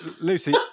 Lucy